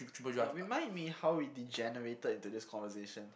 uh remind me how we degenerated into this conversation